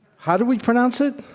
how did we pronounce it?